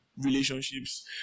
Relationships